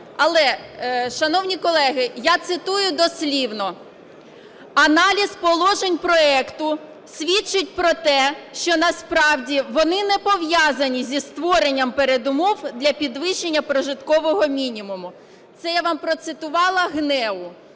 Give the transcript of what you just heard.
Але, шановні колеги, я цитую дослівно: "Аналіз положень проекту свідчить про те, що насправді вони не пов'язані зі створенням передумов для підвищення прожиткового мінімуму". Це я вам процитувала ГНЕУ.